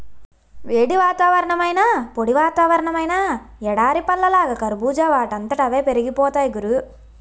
వేడి వాతావరణమైనా, పొడి వాతావరణమైనా ఎడారి పళ్ళలాగా కర్బూజా వాటంతట అవే పెరిగిపోతాయ్ గురూ